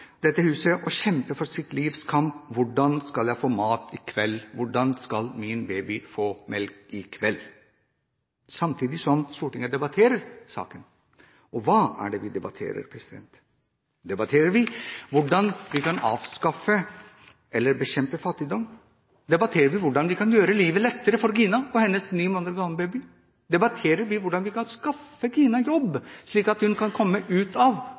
dette huset, og kjempe sitt livs kamp: Hvordan skal jeg få mat i kveld? Hvordan skal min baby få melk i kveld? Samtidig debatterer Stortinget saken. Og hva er det vi debatterer? Debatterer vi hvordan vi kan avskaffe eller bekjempe fattigdom? Debatterer vi hvordan vi kan gjøre livet lettere for Gina og hennes ni måneder gamle baby? Debatterer vi hvordan vi kan skaffe Gina jobb, slik at hun kan komme ut av